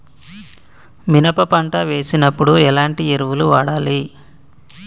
మినప పంట వేసినప్పుడు ఎలాంటి ఎరువులు వాడాలి?